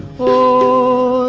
o